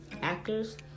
actors